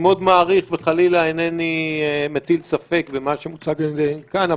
אני מאוד מעריך וחלילה אינני מטיל ספק במה שמוצג כאן,